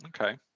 okay